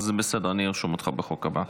בסדר, אני ארשום אותך בחוק הבא.